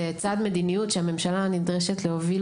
זה צעד מדיניות שהממשלה נדרשת להוביל